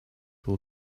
will